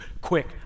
quick